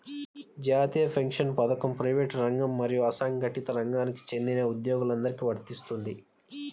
జాతీయ పెన్షన్ పథకం ప్రైవేటు రంగం మరియు అసంఘటిత రంగానికి చెందిన ఉద్యోగులందరికీ వర్తిస్తుంది